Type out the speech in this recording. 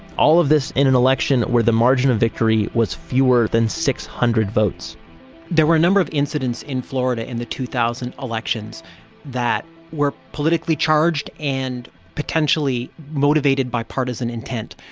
all of this in an election where the margin of victory was fewer than six hundred votes there were a number of incidents in florida in the two thousand elections that were politically charged and potentially motivated by partisan intent,